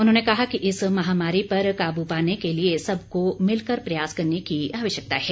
उन्होंने कहा कि इस महामारी पर काबू पाने के लिए सबको मिलकर प्रयास करने की आवश्यकता है